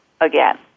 again